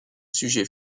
sujets